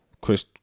Chris